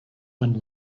when